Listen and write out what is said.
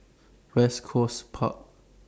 West Coast Park